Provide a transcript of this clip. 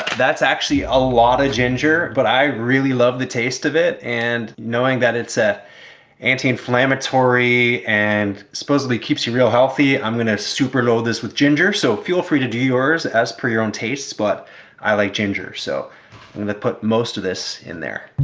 that's actually a lot of ginger, but i really love the taste of it. and knowing that it's a anti-inflammatory and supposedly keeps you real healthy, i'm gonna super load this with ginger. so feel free to do yours as per your own tastes, but i like ginger so i'm gonna put most of this in there.